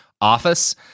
office